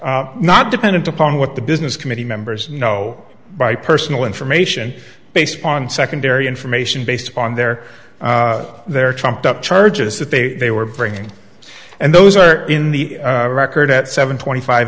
s not dependent upon what the business committee members know by personal information based on secondary information based upon their their trumped up charges that they they were bringing and those are in the record at seven twenty five